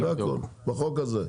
בחוק הזה.